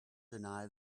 deny